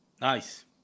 Nice